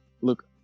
look